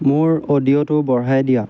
মোৰ অডিঅ'টো বঢ়াই দিয়া